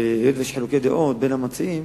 היות שיש חילוקי דעות בין המציעים,